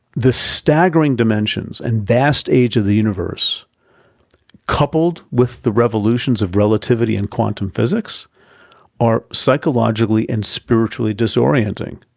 the staggering dimensions and vast age of the universe coupled with the revolutions of relativity and quantum physics are psychologically and spiritually disorienting.